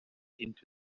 into